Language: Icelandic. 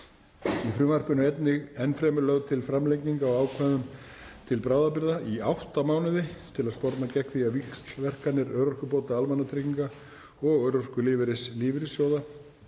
Í frumvarpinu er enn fremur lögð til framlenging á ákvæðum til bráðabirgða í átta mánuði til að sporna gegn því að víxlverkanir örorkubóta almannatrygginga og örorkulífeyris lífeyrissjóða